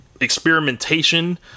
experimentation